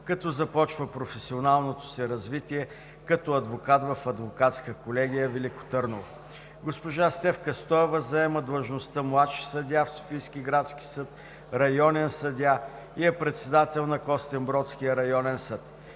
като започва професионалното си развитие като адвокат в Адвокатска колегия – град Велико Търново. Госпожа Стефка Стоева заема длъжността „младши съдия“ в Софийския градски съд, „районен съдия“ и е председател на Костинбродския районен съд.